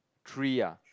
three ah